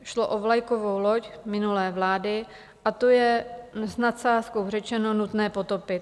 Šlo o vlajkovou loď minulé vlády, a to je, s nadsázkou řečeno, nutné potopit.